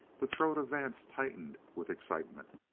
the throat of vance tightened with excitement.